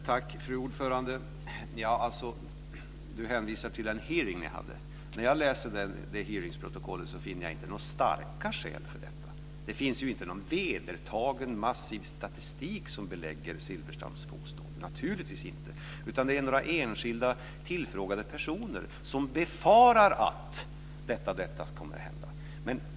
Fru talman! Bengt Silfverstrand hänvisar till den hearing vi hade. När jag läser det hearingsprotokollet finner jag inga starka skäl för detta. Det finns ju ingen vedertagen massiv statistik som belägger Bengt Silfverstrands påståenden, utan det är några enskilda tillfrågade personer som befarar att detta kommer att hända.